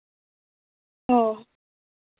ᱚ